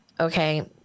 Okay